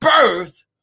birth